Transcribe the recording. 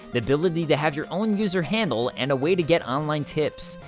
the ability to have your own user handle, and a way to get online tips.